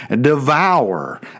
devour